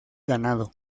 ganado